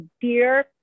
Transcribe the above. dear